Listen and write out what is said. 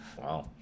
Wow